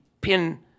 pin